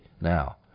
Now